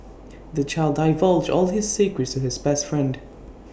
the child divulged all his secrets his best friend